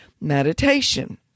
meditation